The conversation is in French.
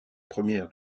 premières